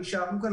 הם יישארו כאן,